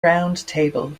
roundtable